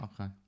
Okay